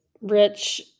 rich